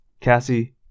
Cassie